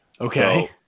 Okay